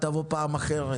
על איזו תחרות אתם